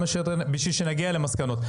בשביל שנגיע למסקנות.